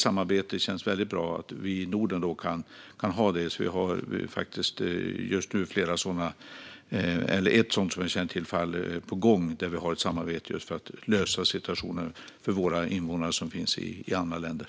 Det känns väldigt bra att vi i Norden kan ha detta samarbete. Vi har just nu ett sådant fall på gång som jag känner till, där vi samarbetar just för att lösa situationen för våra invånare i andra länder.